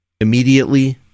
Immediately